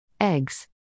eggs